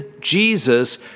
Jesus